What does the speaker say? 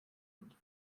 موند